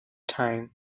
time